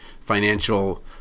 financial